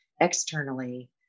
externally